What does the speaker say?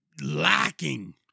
lacking